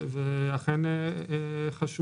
והיא אכן חשובה.